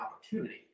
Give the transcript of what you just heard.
opportunity